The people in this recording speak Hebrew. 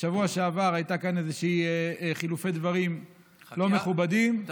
בשבוע שעבר היו כאן חילופי דברים לא מכובדים, אבל.